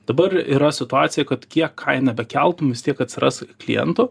dabar yra situacija kad kiek kainą bekeltum vis tiek tiek atsiras klientų